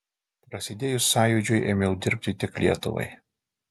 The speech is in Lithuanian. prasidėjus sąjūdžiui ėmiau dirbti tik lietuvai